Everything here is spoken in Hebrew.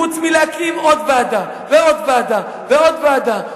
חוץ מלהקים עוד ועדה ועוד ועדה ועוד ועדה.